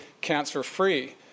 cancer-free